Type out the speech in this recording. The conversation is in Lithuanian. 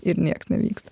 ir nieks nevyksta